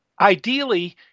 ideally